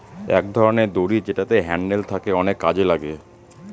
এক ধরনের দড়ি যেটাতে হ্যান্ডেল থাকে অনেক কাজে লাগে